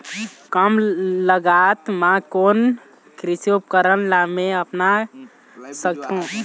कम लागत मा कोन कोन कृषि उपकरण ला मैं अपना सकथो?